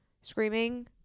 screaming